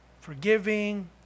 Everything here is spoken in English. forgiving